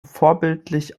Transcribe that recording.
vorbildlich